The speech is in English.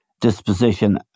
disposition